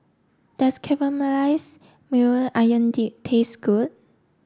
does Caramelized Maui Onion Dip taste good